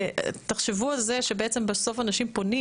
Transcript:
תחשבו על זה שבעצם בסוף אנשים פונים